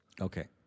Okay